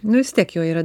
nu vis tiek jau yra